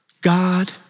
God